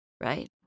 Right